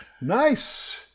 Nice